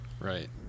Right